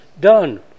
done